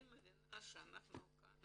אני מבינה שאנחנו כאן